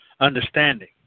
understanding